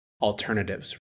alternatives